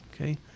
okay